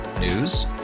News